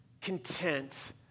content